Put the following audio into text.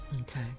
Okay